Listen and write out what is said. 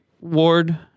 ward